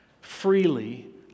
freely